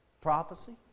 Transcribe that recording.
Prophecy